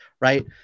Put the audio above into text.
right